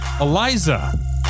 eliza